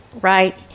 right